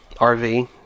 rv